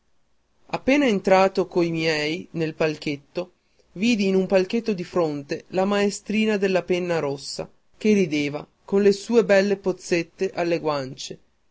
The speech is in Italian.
appena entrato coi miei nel palchetto vidi in un palchetto di fronte la maestrina della penna rossa che rideva con le sue belle pozzette nelle guancie